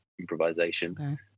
improvisation